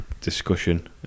discussion